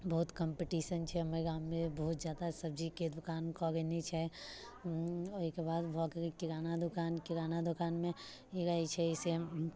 बहुत कम्पटिशन छै हमर गाममे बहुत जादा सब्जीके दोकान कऽ लेने छै ओहिके बाद भऽ गेल किराना दोकान किराना दोकानमे ई रहैत छै से